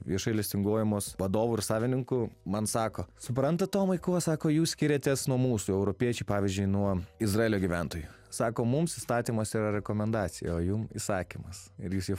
viešai listinguojamos vadovų ir savininkų man sako suprantat tomai kuo sako jūs skiriatės nuo mūsų europiečių pavyzdžiui nuo izraelio gyventojų sako mums įstatymas yra rekomendacija o jum įsakymas ir jūs jį